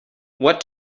what